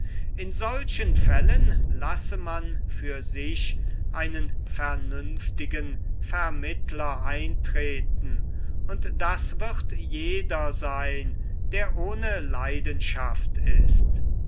in solchen fällen lasse man für sich einen vernünftigen vermittler eintreten und das wird jeder seyn der ohne leidenschaft ist